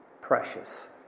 precious